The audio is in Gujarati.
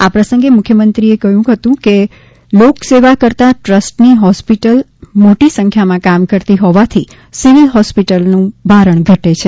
આ પ્રસંગે મુખ્યમંત્રી રૂપાણીએ કહ્યું હતું કે લોકસેવા કરતા ટ્રસ્ટની હોસ્પિટલ મોટી સંખ્યામાં કામ કરતી હોવાથી સિવિલ હોસ્પીટલનું ભારણ ઘટે છે